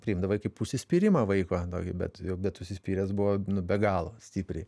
priimdavai kaip užsispyrimą vaiko bet jo bet užsispyręs buvo be galo stipriai